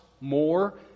more